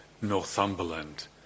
Northumberland